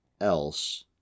else